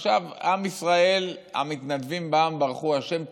עכשיו, עם ישראל, "המתנדבים בעם ברכו השם".